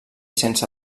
sense